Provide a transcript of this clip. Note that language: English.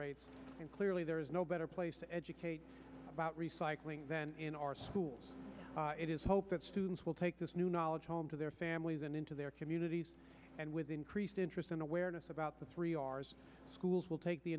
rates and clearly there is no better place to educate about recycling than in our schools it is hope that students will take this new knowledge home to their families and into their communities and with increased interest in awareness about the three r s schools will take the